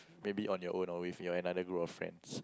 maybe on your own or with your another group of friends